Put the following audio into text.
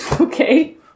Okay